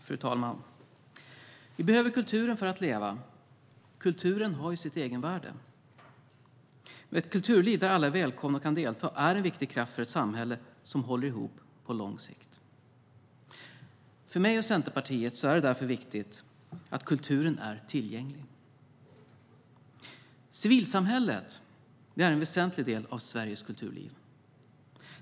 Fru talman! Vi behöver kulturen för att leva. Kulturen har sitt egenvärde. Ett kulturliv där alla är välkomna och kan delta är en viktig kraft för ett samhälle som håller ihop på lång sikt. För mig och Centerpartiet är det därför viktigt att kulturen är tillgänglig. Civilsamhället är en väsentlig del av Sveriges kulturliv.